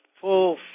full